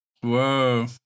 Whoa